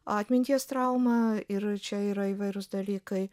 atminties trauma ir čia yra įvairūs dalykai